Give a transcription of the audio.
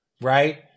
right